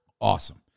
Awesome